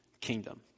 kingdom